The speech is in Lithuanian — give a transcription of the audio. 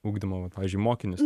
ugdymo pavyzdžiui mokinius